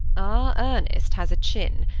ah, ernest has a chin.